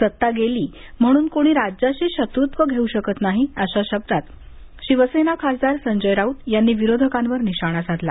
सत्ता गेली म्हणून कुणी राज्याशी शत्रुत्व घेऊ शकत नाही अशा शब्दात शिवसेना खासदार संजय राऊत यांनी विरोधकांवर निशाणा साधला